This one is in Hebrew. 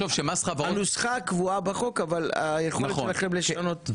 הנוסחה קבועה בחוק אבל היכולת שלכם לשנות- -- נכון,